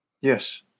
Yes